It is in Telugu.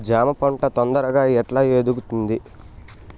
జామ పంట తొందరగా ఎట్లా ఎదుగుతుంది?